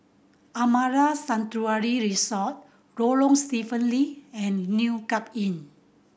Amara Sanctuary Resort Lorong Stephen Lee and New Cape Inn